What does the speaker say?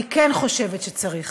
אני כן חושבת שצריך,